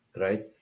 Right